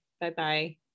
bye-bye